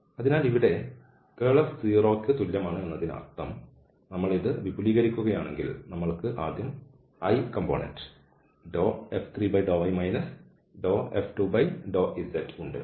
അതിനാൽ ഇവിടെ curl F 0 ന് തുല്യമാണ് എന്നതിനർത്ഥം നമ്മൾ ഇത് വിപുലീകരിക്കുകയാണെങ്കിൽ നമ്മൾക്ക് ആദ്യം i ഘടകം F3∂y F2∂z ഉണ്ട്